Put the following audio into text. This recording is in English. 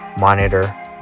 monitor